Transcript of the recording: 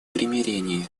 примирение